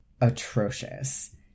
atrocious